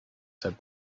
said